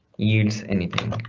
yields anything.